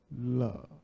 Love